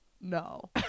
no